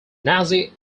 nazi